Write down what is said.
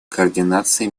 координации